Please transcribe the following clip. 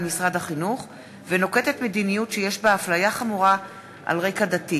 משרד החינוך ונוקטת מדיניות שיש בה אפליה חמורה על רקע דתי.